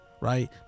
Right